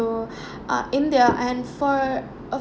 ~o uh india and for